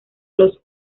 los